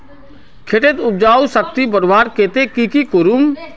खेतेर उपजाऊ शक्ति बढ़वार केते की की करूम?